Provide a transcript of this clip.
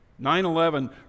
9-11